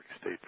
State